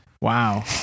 wow